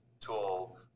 tool